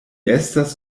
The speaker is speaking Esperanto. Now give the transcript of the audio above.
estas